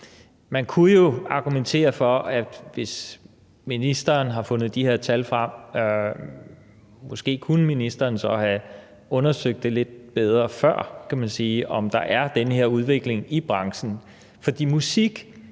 Man kunne jo argumentere for, at når ministeren har fundet de her tal frem, kunne ministeren måske så have undersøgt det lidt bedre før, kan man sige, altså om der er den her udvikling i branchen. For musik,